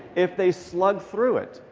if they slug through it,